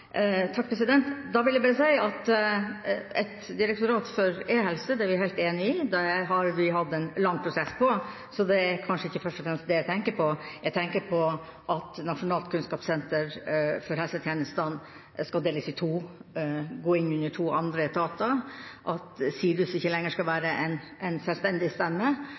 Da vil jeg si at et direktorat for e-helse er vi enige om. Det har vi hatt en lang prosess på, så det er ikke først og fremst det jeg tenker på. Jeg tenker på at Nasjonalt kunnskapssenter for helsetjenesten skal deles i to – gå inn under to andre etater, at SIRUS ikke lenger skal være en selvstendig stemme,